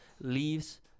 leaves